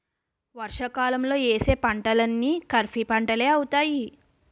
వర్షాకాలంలో యేసే పంటలన్నీ ఖరీఫ్పంటలే అవుతాయి